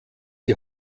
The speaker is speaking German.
die